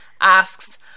asks